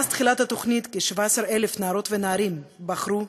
מאז תחילת התוכנית כ-17,000 נערות ונערים בחרו